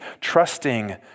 trusting